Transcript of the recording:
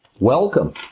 Welcome